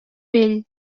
pell